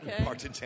Okay